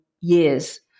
years